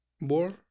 more